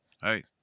Hey